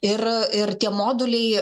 ir ir tie moduliai